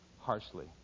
harshly